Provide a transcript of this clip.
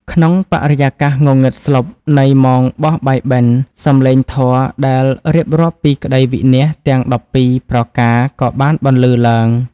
ក្នុងបរិយាកាសងងឹតស្លុបនៃម៉ោងបោះបាយបិណ្ឌ សម្លេងធម៌ដែលរៀបរាប់ពីក្ដីវិនាសទាំង ១២ ប្រការក៏បានបន្លឺឡើង។